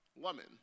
lemon